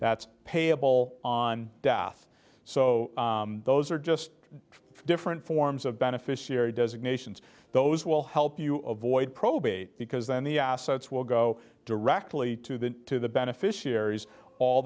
that's payable on on death so those are just different forms of beneficiary designations those will help you avoid probate because then the assets will go directly to the beneficiaries all